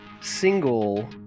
single